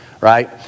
right